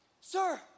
sir